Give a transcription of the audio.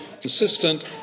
Consistent